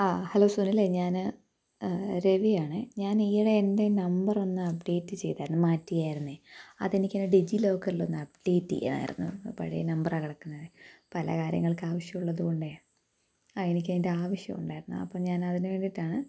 ആ ഹലോ സുനിലേ ഞാന് രവിയാണേ ഞാൻ ഈയിടെ എൻ്റെ നമ്പറൊന്ന് അപ്ഡേറ്റ് ചെയ്തായിരുന്നു മാറ്റിയായിരുന്നേ അതെനിക്കൊന്ന് ഡിജി ലോക്കറിലൊന്ന് അപ്ഡേറ്റെയ്യാനായിരുന്നു പഴയ നമ്പറാ കിടക്കുന്നതേ പല കാര്യങ്ങൾക്ക് ആവശ്യമുള്ളതുകൊണ്ടേ ആ എനിക്കതിൻ്റെ ആവശ്യമുണ്ടായിരുന്നു അപ്പോള് ഞാനതിനു വേണ്ടിയിട്ടാണ്